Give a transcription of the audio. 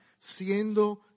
siendo